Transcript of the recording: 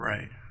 Right